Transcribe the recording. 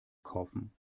kaufen